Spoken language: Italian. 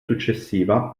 successiva